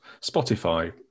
spotify